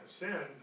sin